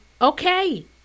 Okay